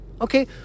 okay